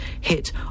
hit